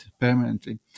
permanently